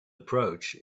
approach